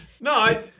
No